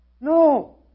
No